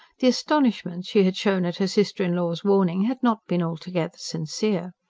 the astonishment she had shown at her sister-in-law's warning had not been altogether sincere.